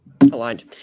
aligned